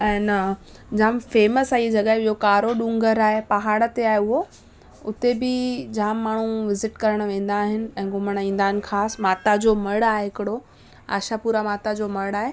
ऐं न जाम फेमस आहे हीअ जॻह कारो ॾूंगर आहे पहाड़ ते आहे उहो उते बि जाम माण्हूं विज़िट करण वेंदा आहिनि ऐं घुमण ईंदा आहिनि ख़ासि माता जो मढ़ आहे हिकिड़ो आशापुरा माता जो मढ़ आहे